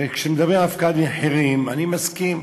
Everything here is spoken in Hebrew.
וכשמדברים על הפקעת מחירים, אני מסכים.